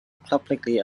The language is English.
publicly